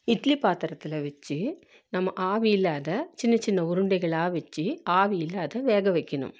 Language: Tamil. இட்லி பாத்திரத்தில் வச்சு நம்ம ஆவியில் அதை சின்ன சின்ன உருண்டைகளாக வச்சு ஆவியில் அதை வேக வைக்கணும்